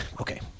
okay